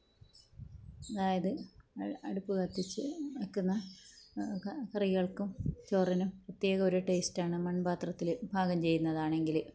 അതായത് അഴ അടുപ്പ് കത്തിച്ച് വെക്കുന്ന കറികൾക്കും ചോറിനും പ്രത്യേക ഒരു ടെയിസ്റ്റാണ് മൺ പാത്രത്തിൽ പാകം ചെയ്യുന്നതാണെങ്കിൽ